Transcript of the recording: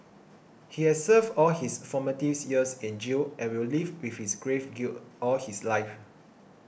he has served all his formative years in jail and will live with this grave guilt all his life